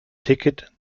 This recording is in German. ticket